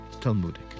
Talmudic